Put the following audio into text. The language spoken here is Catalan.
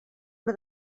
una